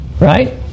Right